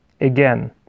Again